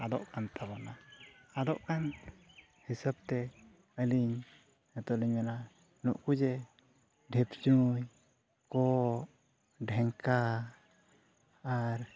ᱟᱫᱚᱜ ᱠᱟᱱ ᱛᱟᱵᱚᱱᱟ ᱟᱫᱚᱜ ᱠᱟᱱ ᱦᱤᱥᱟᱹᱵᱽ ᱛᱮ ᱟᱹᱞᱤᱧ ᱱᱤᱛᱚᱜ ᱞᱤᱧ ᱢᱮᱱᱟ ᱱᱩᱠᱩ ᱡᱮ ᱰᱷᱤᱯᱪᱩᱭ ᱠᱚᱸᱜ ᱰᱷᱮᱝᱠᱟ ᱟᱨ